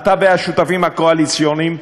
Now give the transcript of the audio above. אתה והשותפים הקואליציוניים,